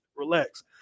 relax